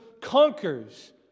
conquers